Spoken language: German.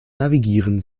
navigieren